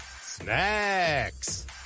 Snacks